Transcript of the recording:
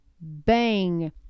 bang